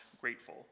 grateful